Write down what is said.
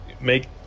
make